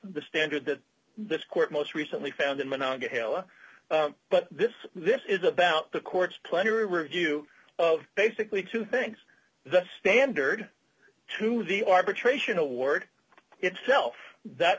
the standard that this court most recently found in monongahela but this this is about the court's plenary review of basically two things the standard to the arbitration award itself that